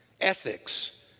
ethics